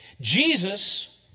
Jesus